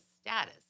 status